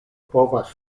povas